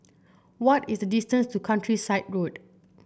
what is the distance to Countryside Road